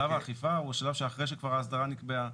שלב האכיפה הוא שלב שאחרי שכבר ההסדרה נקבעה.